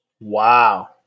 Wow